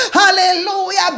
Hallelujah